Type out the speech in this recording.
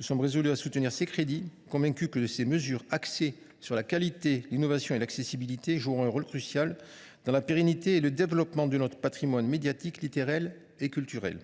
et convaincu que ces mesures axées sur la qualité, l’innovation et l’accessibilité joueront un rôle crucial dans la pérennité et le développement de notre patrimoine médiatique, littéraire et culturel,